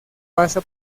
pasa